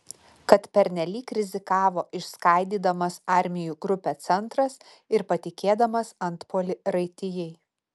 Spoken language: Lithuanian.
kad pernelyg rizikavo išskaidydamas armijų grupę centras ir patikėdamas antpuolį raitijai